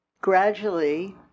gradually